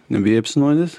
nebijai apsinuodyt